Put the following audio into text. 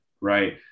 Right